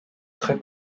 très